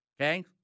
okay